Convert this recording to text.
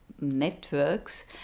networks